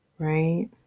right